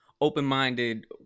open-minded